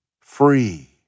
free